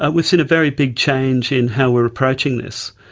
ah we've seen a very big change in how we're approaching this.